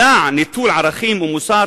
מדע נטול ערכים ומוסר